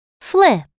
flip